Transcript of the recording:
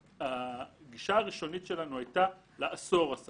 הגישה הראשונית שלנו היתה לאסור הסעה.